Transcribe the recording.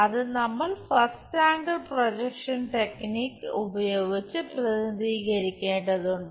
അത് നമ്മൾ first angle projection technique ഉപയോഗിച്ച് പ്രതിനിധീകരിക്കേണ്ടതുണ്ട്